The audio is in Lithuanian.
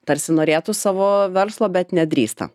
tarsi norėtų savo verslo bet nedrįsta